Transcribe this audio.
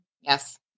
Yes